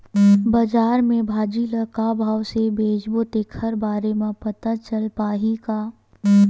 बजार में भाजी ल का भाव से बेचबो तेखर बारे में पता चल पाही का?